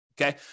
okay